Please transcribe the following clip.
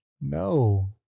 No